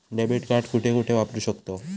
Debit card कुठे कुठे वापरू शकतव?